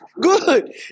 Good